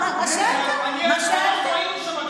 מה שאלת?